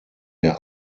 der